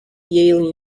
yale